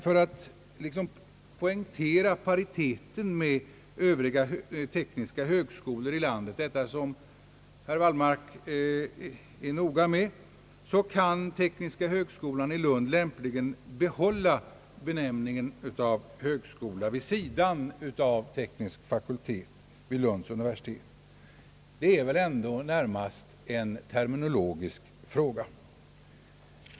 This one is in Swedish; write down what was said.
För att poängtera pariteten med övriga tekniska högskolor i landet — vilket herr Wallmark är noga med — kan tekniska högskolan i Lund lämpligen behålla benämningen »högskola» vid sidan av »teknisk fakultet vid Lunds universitet». Det är väl närmast en terminologisk fråga.